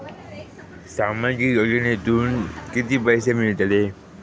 सामाजिक योजनेतून किती पैसे मिळतले?